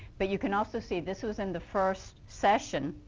but you can also see this is in the first session,